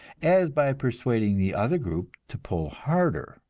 as by persuading the other group to pull harder.